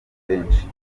benshi